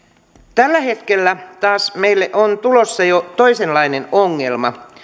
tällä hetkellä taas meille on tulossa jo toisenlainen ongelma